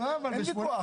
אין ויכוח.